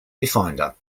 viewfinder